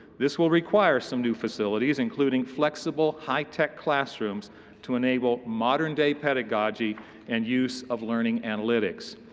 this will require some new facilities including flexible high-tech classrooms to enable modern-day pedagogy and use of learning analytics.